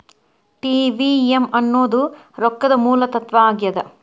TVM ಅನ್ನೋದ್ ರೊಕ್ಕದ ಮೂಲ ತತ್ವ ಆಗ್ಯಾದ